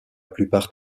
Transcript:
plupart